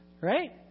Right